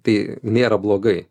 tai nėra blogai